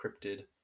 encrypted